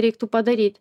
reiktų padaryt